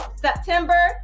september